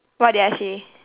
what did I say